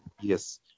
Yes